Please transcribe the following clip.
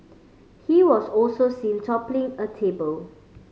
he was also seen toppling a table